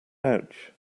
ouch